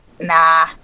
Nah